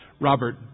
Robert